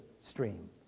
stream